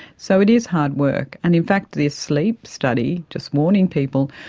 so it is hard work, and in fact the sleep study, just warning people,